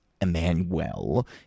Emmanuel